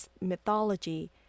mythology